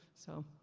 so,